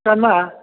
करना है